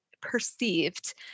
perceived